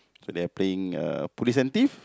so they are playing uh police and thief